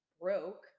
broke